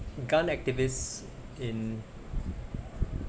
gun activists in